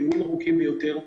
דיונים ארוכים ביותר,